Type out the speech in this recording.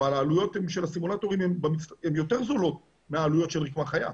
אבל העלויות של הסימולטורים הן יותר זולות מהעלויות של רקמה חיה,